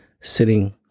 sitting